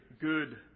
good